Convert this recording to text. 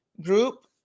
group